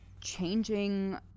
changing